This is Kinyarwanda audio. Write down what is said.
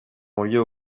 buryo